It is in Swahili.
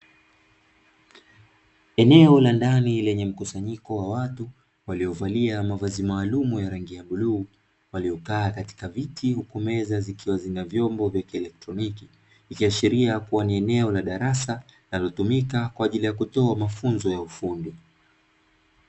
Eneo la ndani lenye mkusanyiko wa watu waliovalia mavazi maalumu ya rangi ya bluu, waliokaa katika viti huku meza zikiwa zina vyombo vya kielektroniki, ikiashiria kuwa ni eneo la darasa linalotumika kwa ajili ya kutoa mafunzo ya ufundi.